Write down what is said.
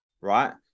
right